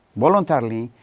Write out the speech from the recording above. voluntarily,